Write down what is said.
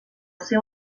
seu